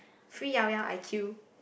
free Llao Llao I queue